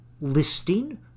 listing